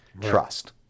Trust